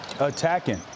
attacking